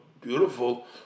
beautiful